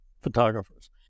photographers